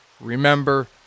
remember